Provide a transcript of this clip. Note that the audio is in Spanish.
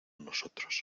nosotros